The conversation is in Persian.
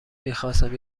میخواستم